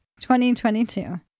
2022